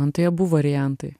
man tai abu variantai